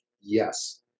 Yes